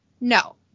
No